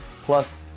plus